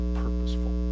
purposeful